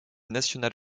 national